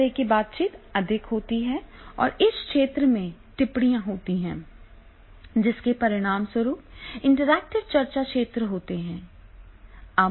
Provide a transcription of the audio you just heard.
इस तरह की बातचीत अधिक होती हैं और इस क्षेत्र में टिप्पणियाँ होती हैं जिसके परिणामस्वरूप इंटरैक्टिव चर्चा क्षेत्र होते हैं